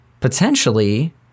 potentially